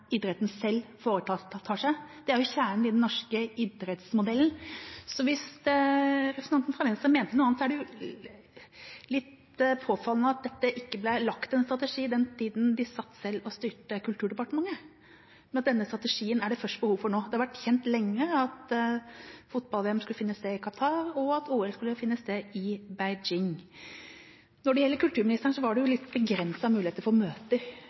idretten selv tar. Det er kjernen i den norske idrettsmodellen. Hvis representanten fra Venstre mente noe annet, er det litt påfallende at det ikke ble lagt en strategi i den tida de selv satt og styrte Kulturdepartementet, men at det først er behov for denne strategien nå. Det har vært kjent lenge at fotball-VM skal finne sted i Qatar og at OL skulle finne sted i Beijing. Når det gjelder kulturministeren, var det litt begrensa muligheter for